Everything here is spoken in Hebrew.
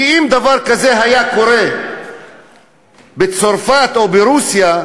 כי אם דבר כזה היה קורה בצרפת או ברוסיה,